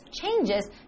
changes